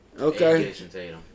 Okay